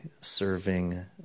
serving